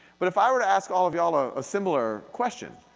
but if i were to ask all of you all a ah similar question,